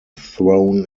thrown